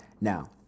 now